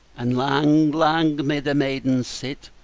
and lang, lang, may the maidens sit,